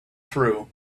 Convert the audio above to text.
through